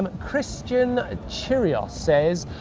um christian ah chirios says,